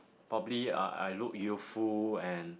probably uh I look youthful and